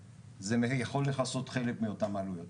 יכול לכסות חלק מאותן עלויות.